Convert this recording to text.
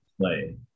play